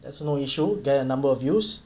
that's no issue get a number of views